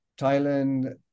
thailand